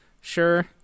Sure